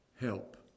help